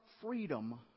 freedom